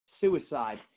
suicide